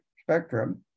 spectrum